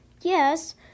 Yes